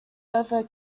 over